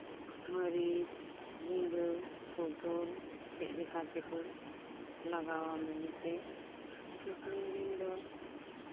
ᱢᱟᱹᱨᱤᱪ ᱡᱷᱤᱸᱜᱟᱹ ᱯᱚᱴᱚᱞ ᱪᱮᱫ ᱞᱮᱠᱟ ᱛᱮᱠᱚ ᱞᱟᱜᱟᱣᱟ ᱢᱮᱱᱛᱮ ᱥᱤᱛᱩᱝ ᱫᱤᱱ ᱫᱚ